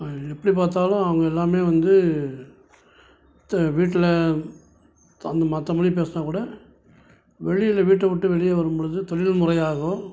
எப்படி பார்த்தாலும் அவங்க எல்லாம் வந்து வீட்டில் தந்த மற்ற மொழி பேசினா கூட வெளியில் வீட்டை விட்டு வெளியே வரும்பொழுது தொழில் முறையாகவும்